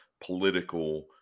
political